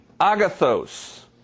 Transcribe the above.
agathos